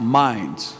minds